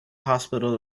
hospital